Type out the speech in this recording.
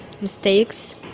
mistakes